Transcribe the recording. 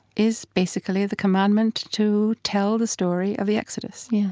is basically the commandment to tell the story of the exodus, yeah